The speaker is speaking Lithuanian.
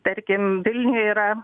tarkim vilniuj yra